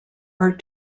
are